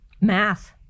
Math